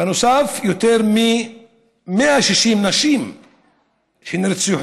בנוסף, יותר מ-160 נשים נרצחו,